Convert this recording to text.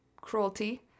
cruelty